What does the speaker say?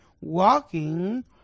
walking